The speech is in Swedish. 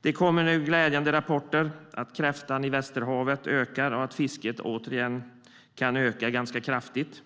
Det kommer glädjande rapporter om att kräftan i Västerhavet ökar och att fisket återigen kan öka ganska kraftigt.